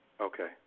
Okay